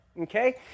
okay